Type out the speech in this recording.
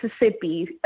Mississippi